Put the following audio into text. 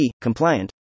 compliant